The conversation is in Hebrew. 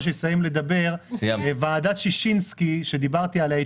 ועדת שישינסקי שדיברתי עליה,